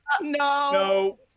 no